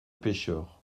pêcheurs